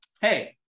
hey